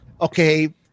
okay